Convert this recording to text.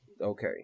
Okay